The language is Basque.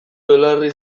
belarri